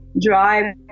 drive